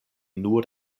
nur